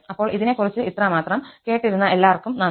അപ്പോൾ ഇതിനെക്കുറിച്ചു ഇത്രമാത്രം കേട്ടിരുന്ന എല്ലാര്ക്കും നന്ദി